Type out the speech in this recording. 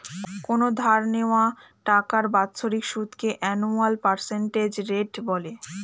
কোনো ধার নেওয়া টাকার বাৎসরিক সুদকে অ্যানুয়াল পার্সেন্টেজ রেট বলে